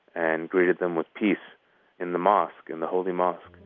and greeted them with peace in the mosque, in the holy mosque.